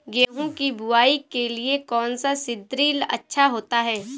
गेहूँ की बुवाई के लिए कौन सा सीद्रिल अच्छा होता है?